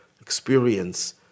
experience